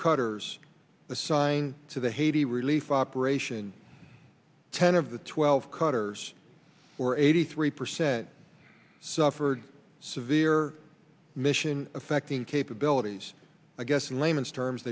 cutters assigned to the haiti relief operation ten of the twelve cutters or eighty three percent suffered severe mission affecting capabilities i guess in layman's terms